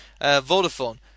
Vodafone